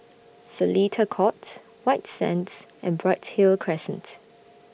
Seletar Court White Sands and Bright Hill Crescent